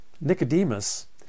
Nicodemus